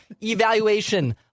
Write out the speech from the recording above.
evaluation